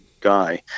guy